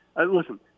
listen –